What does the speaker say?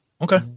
Okay